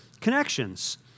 connections